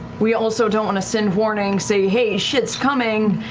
we also don't want to send warnings, saying, hey, shit's coming,